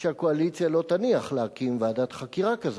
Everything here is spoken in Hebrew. שהקואליציה לא תניח להקים ועדת חקירה כזו,